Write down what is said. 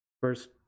first